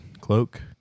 cloak